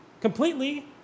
completely